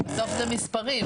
הדוח זה מספרים,